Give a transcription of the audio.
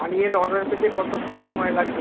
পানীয়ের অর্ডার পেতে কতক্ষণ সময় লাগবে